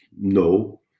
No